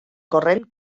corrent